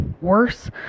worse